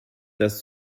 das